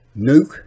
nuke